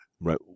right